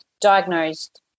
diagnosed